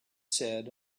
said